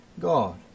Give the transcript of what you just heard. God